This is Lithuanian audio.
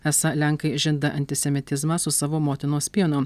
esą lenkai žinda antisemitizmą su savo motinos pienu